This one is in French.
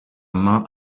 main